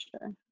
sure